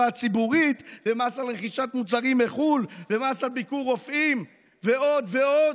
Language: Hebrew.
הציבורית ומס על רכישת מוצרים מחו"ל ומס על ביקור רופאים ועוד ועוד,